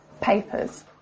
papers